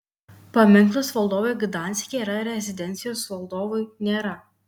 paminklas valdovui gdanske yra rezidencijos valdovui nėra